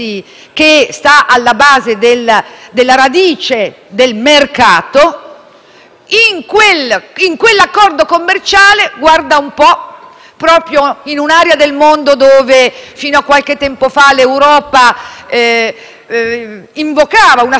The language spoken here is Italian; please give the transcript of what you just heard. Quell'accordo commerciale vigeva proprio in un'area del mondo dove, fino a qualche tempo fa, l'Europa invocava una supremazia culturale, filosofica e politica dei diritti, della giustizia sociale